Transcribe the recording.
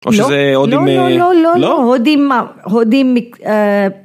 או שזה הודים. לא לא לא לא. הודים מה? הודים,